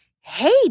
Hey